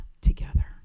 together